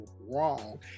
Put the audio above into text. wrong